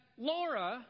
Laura